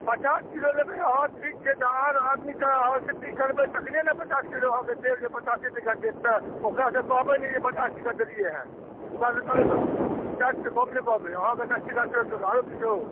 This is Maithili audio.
पचास किलो लेबै अहाँ ठीक छै तऽ आओर आदमीके अहाँ सेटिङ्ग करबै तखने ने पचास किलो अहाँके देब जे पचासे टका देब तऽ ओकरासँ कहबै ने पचास टके देलिए हँ ओकरा सबके कहबै साठिसँ कम नहि कहबै अहाँके दस टका छोड़ि देलौँ आओर किछु